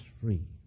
free